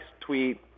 Tweet